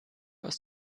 aus